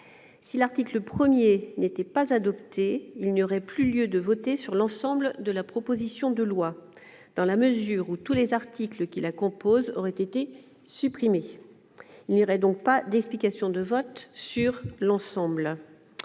été maintenue par la commission -, il n'y aurait plus lieu de voter sur l'ensemble de la proposition de loi, dans la mesure où tous les articles qui la composent auraient été rejetés ou supprimés. Il n'y aurait donc pas d'explications de vote sur l'ensemble.